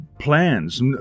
Plans